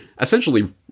essentially